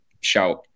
shout